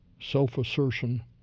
self-assertion